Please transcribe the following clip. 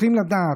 צריכים לדעת.